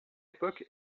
époque